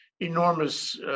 enormous